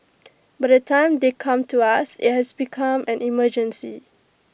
by the time they come to us IT has become an emergency